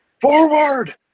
forward